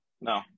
no